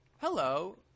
hello